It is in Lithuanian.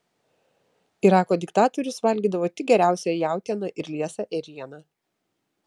irako diktatorius valgydavo tik geriausią jautieną ir liesą ėrieną